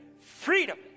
freedom